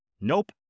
Nope